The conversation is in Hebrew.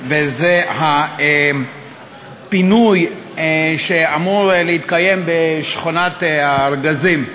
וזה הפינוי שאמור להתקיים בשכונת-הארגזים.